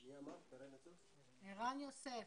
אני חושב